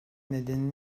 nedeni